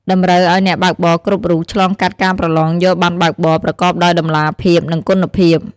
តម្រូវឱ្យអ្នកបើកបរគ្រប់រូបឆ្លងកាត់ការប្រឡងយកបណ្ណបើកបរប្រកបដោយតម្លាភាព និងគុណភាព។